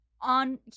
on